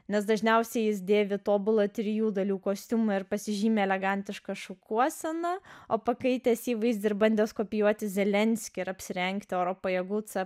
nes dažniausiai jis dėvi tobulą trijų dalių kostiumą ir pasižymi elegantiška šukuosena o pakeitęs įvaizdį ir bandęs kopijuoti zelenskį apsirengti oro pajėgų c